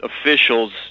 officials